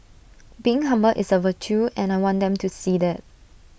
being humble is A virtue and I want them to see that